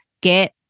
get